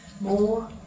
more